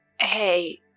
Hey